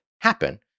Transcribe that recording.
happen